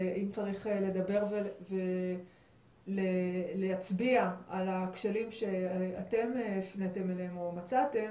ואם צריך לדבר ולהצביע על הכשלים שאתם הפניתם אליהם או מצאתם,